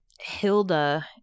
Hilda